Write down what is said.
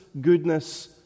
goodness